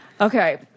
Okay